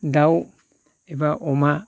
दाउ एबा अमा